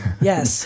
Yes